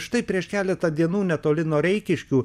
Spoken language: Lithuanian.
štai prieš keletą dienų netoli noreikiškių